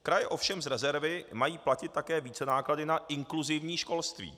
Kraje ovšem z rezervy mají platit také vícenáklady na inkluzivní školství.